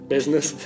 Business